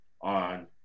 on